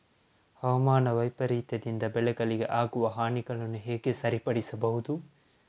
ಹವಾಮಾನ ವೈಪರೀತ್ಯದಿಂದ ಬೆಳೆಗಳಿಗೆ ಆಗುವ ಹಾನಿಗಳನ್ನು ಹೇಗೆ ಸರಿಪಡಿಸಬಹುದು?